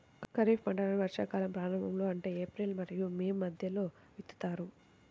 ఖరీఫ్ పంటలను వర్షాకాలం ప్రారంభంలో అంటే ఏప్రిల్ మరియు మే మధ్యలో విత్తుతారు